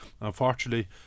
Unfortunately